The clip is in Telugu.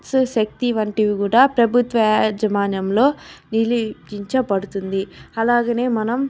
శక్తి వంటివి కూడా ప్రభుత్వ యాజమాన్యంలో నిలే దించబడుతుంది అలాగనే మనం